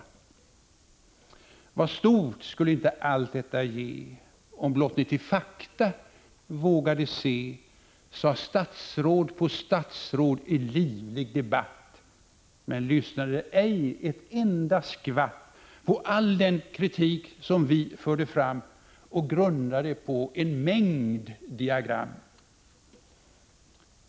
Vad stort skulle inte allt detta ge om blott ni till ”fakta” vågade se sa statsråd på statsråd i livlig debatt Men lyssnade ej ett enda skvatt på all den kritik som vi förde fram och grundade på en mängd diagram.